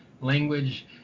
language